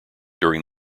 during